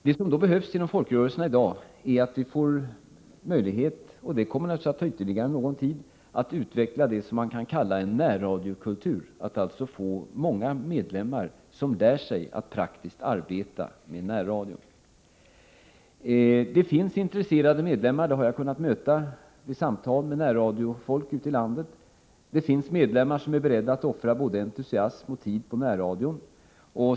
Det som då behövs inom folkrörelserna i dag är möjligheter — och det kommer naturligtvis att ta ytterligare någon tid — att utveckla det som kan kallas en närradiokultur, att få många medlemmar som lär sig att praktiskt arbeta med närradion. Det finns intresserade medlemmar. Jag har kunnat möta dem vid samtal med närradiofolk ute i landet. Det finns medlemmar som är beredda att med entusiasm offra tid på närradio.